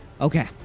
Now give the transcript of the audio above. Okay